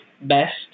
best